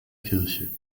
kirche